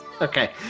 Okay